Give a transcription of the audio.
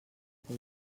que